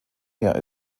meer